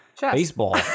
baseball